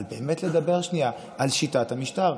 אבל באמת לדבר שנייה על שיטת המשטר,